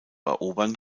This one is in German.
erobern